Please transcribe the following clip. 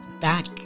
back